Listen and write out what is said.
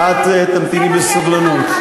את תמתיני בסבלנות.